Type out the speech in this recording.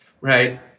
right